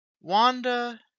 Wanda